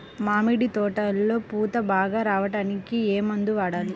మామిడి తోటలో పూత బాగా రావడానికి ఏ మందు వాడాలి?